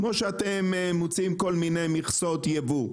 כמו שאתם מוציאים כל מיני מכסות ייבוא?